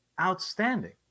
outstanding